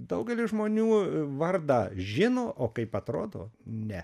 daugeliui žmonių vardą žino o kaip atrodo ne